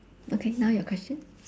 okay now your question